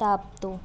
दाबतो